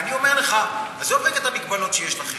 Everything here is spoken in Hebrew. ואני אומר לך: עזוב את המגבלות שיש לכם,